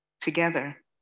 together